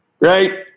Right